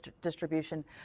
distribution